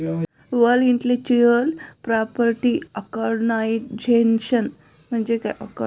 World intellectual property organisation म्हणजे काय?